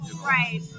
Right